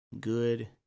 good